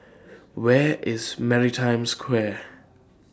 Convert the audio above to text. Where IS Maritime Square